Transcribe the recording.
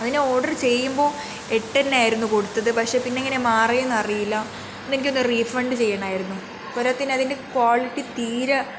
അത് ഞാൻ ഓർഡർ ചെയ്യുമ്പോൾ എട്ടുതന്നെ ആയിരുന്നു കൊടുത്തത് പക്ഷേ പിന്നെങ്ങനാ മാറിയതെന്ന് അറിയില്ല അതെനിക്കൊന്ന് റീഫണ്ട് ചെയ്യണമായിരുന്നു പോരാത്തതിന് അതിൻ്റെ ക്വാളിറ്റി തീരെ